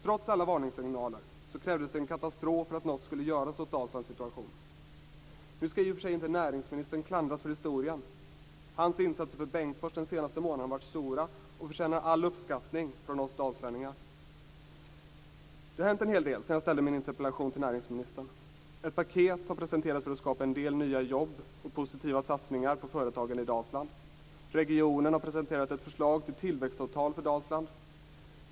Trots alla varningssignaler krävdes det en katastrof för att något skulle göras åt Dalslands situation. Nu skall i och för sig inte näringsministern klandras för historien. Hans insatser för Bengtsfors den senaste månaden har varit stora och förtjänar all uppskattning från oss dalslänningar. Det har hänt en hel del sedan jag ställde min interpellation till näringsministern. Ett paket har presenterats för att skapa en del nya jobb, och det har gjorts positiva satsningar på företagen i Dalsland. Regionen har presenterat ett förslag till tillväxtavtal för Dalsland.